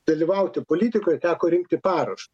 dalyvauti politikoje teko rinkti parašus